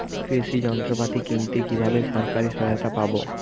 কৃষি যন্ত্রপাতি কিনতে কিভাবে সরকারী সহায়তা পাব?